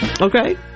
Okay